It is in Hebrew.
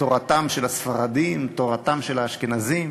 תורתם של הספרדים, תורתם של האשכנזים,